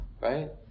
right